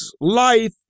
life